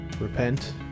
Repent